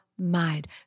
mind